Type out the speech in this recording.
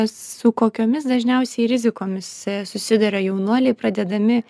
su kokiomis dažniausiai rizikomis susiduria jaunuoliai pradėdami